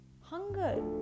hunger